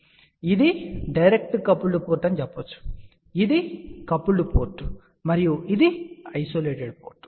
కాబట్టి ఇది మీరు డైరెక్ట్ కపుల్డ్ పోర్ట్ అని చెప్పవచ్చు ఇది కపుల్డ్ పోర్ట్ మరియు ఇది ఐసోలేటెడ్ పోర్ట్